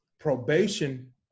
probation